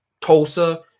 Tulsa